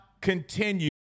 continue